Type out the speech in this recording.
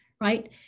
Right